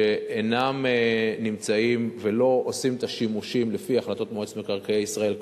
שאינם נמצאים ולא עושים את השימושים לפי החלטות מועצת מקרקעי ישראל,